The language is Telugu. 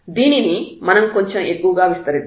దీనిని మనం కొంచెం ఎక్కువగా విస్తరిద్దాం